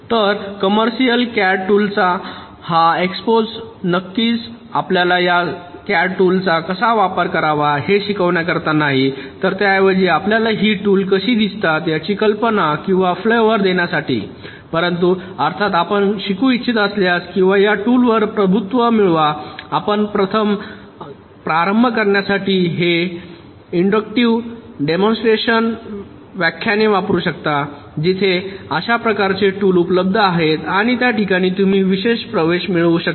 तर commercial CAD tool चा हा एक्सपोजर नक्कीच आपल्याला या सीएडी टूलचा कसा वापर करावा हे शिकवण्याकरिता नाही तर त्याऐवजी आपल्याला ही टूल कशी दिसतात याची कल्पना किंवा फ्लावर देण्यासाठी परंतु अर्थात आपण शिकू इच्छित असल्यास किंवा या टूल वर प्रभुत्व मिळवा आपण प्रारंभ करण्यासाठी हे पइन्ट्रोड्युक्टिव्ह डेमॉन्स्ट्रेशन व्याख्याने वापरू शकता जेथे अशा प्रकारचे टूल उपलब्ध आहेत आणि त्या ठिकाणी तुम्ही प्रवेश मिळू शकता